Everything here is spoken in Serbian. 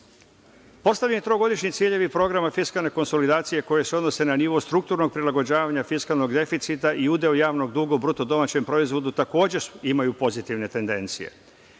osnovama. Postavljeni trogodišnji ciljevi programa fiskalne konsolidacije, koji se odnose na nivo strukturnog prilagođavanja fiskalnog deficita i udeo javnog duga u bruto domaćem proizvodu, takođe imaju pozitivne tendencije.